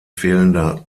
fehlender